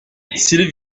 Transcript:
s’il